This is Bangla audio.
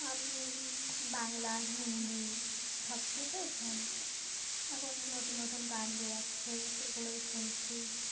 আমি বাংলা হিন্দি সব কিছুই শুনি এখন নতুন নতুন গান বেরচ্ছে সেগুলোই শুনছি